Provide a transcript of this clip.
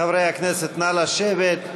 חברי הכנסת, נא לשבת.